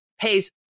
pays